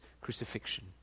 crucifixion